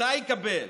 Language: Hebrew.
מתי יקבל?